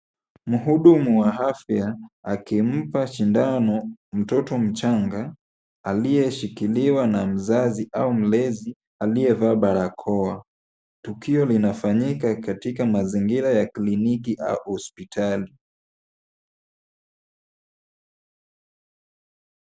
Mhudumu wa afya akimpa sindano mtoto mchanga aliyeshikiliwa na mzazi au mlezi aliyevaa barakoa. Tukio linafanyika katika mazingira ya kliniki au hospitali.